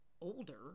older